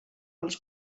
als